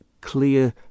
clear